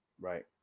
Right